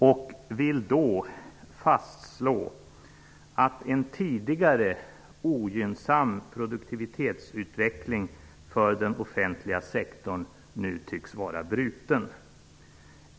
Jag vill fastslå att en tidigare ogynnsam produktivitetsutveckling för den offentliga sektorn nu tycks vara bruten.